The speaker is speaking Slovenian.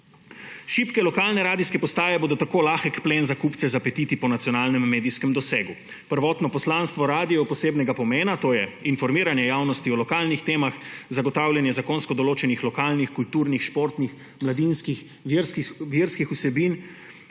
Šibke lokalne radijske postaje bodo tako lahek plen za kupce z apetiti po nacionalnem medijskem dosegu. Prvotno poslanstvo radiev posebnega pomena, to je informiranje javnosti o lokalnih temah, zagotavljanje zakonsko določenih lokalnih, kulturnih, športnih, mladinskih, verskih vsebin,